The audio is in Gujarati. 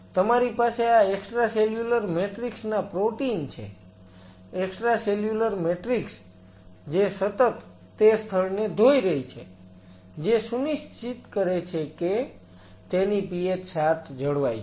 તમારી પાસે આ એક્સ્ટ્રાસેલ્યુલર મેટ્રિક્સ ના પ્રોટીન છે એક્સ્ટ્રાસેલ્યુલર મેટ્રિક્સ જે સતત તે સ્થળને ધોઈ રહી છે જે સુનિશ્ચિત કરે છે કે તેની pH 7 જળવાય છે